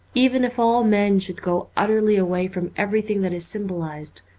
even if all men should go utterly away from everything that is symbolized,